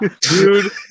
Dude